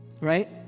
Right